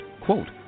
quote